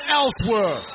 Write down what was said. elsewhere